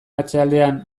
atzealdean